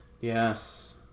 Yes